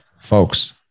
Folks